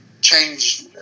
change